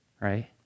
right